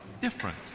different